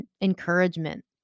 encouragement